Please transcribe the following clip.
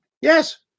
yes